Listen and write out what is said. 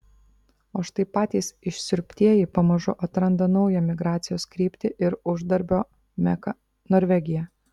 o štai patys išsiurbtieji pamažu atranda naują migracijos kryptį ir uždarbio meką norvegiją